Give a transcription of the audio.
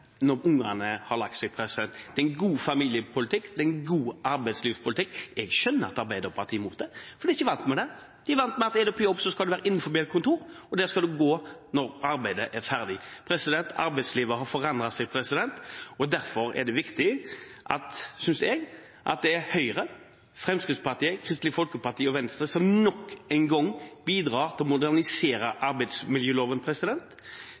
når ungene har lagt seg. Det er god familiepolitikk, det er god arbeidslivspolitikk. Jeg skjønner at Arbeiderpartiet er imot det, for de er ikke vant til det, de er vant til at er man på jobb, skal det være på et kontor, og man skal gå derfra når arbeidet er ferdig. Arbeidslivet har forandret seg, derfor er det viktig, synes jeg, at det er Høyre, Fremskrittspartiet, Kristelig Folkeparti og Venstre som nok engang bidrar til å modernisere